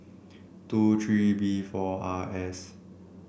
two three B four R S